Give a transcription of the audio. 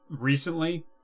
recently